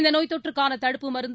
இந்தநோய்த் தொற்றுக்கானதடுப்பு மருந்து